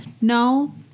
no